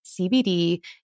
CBD